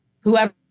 Whoever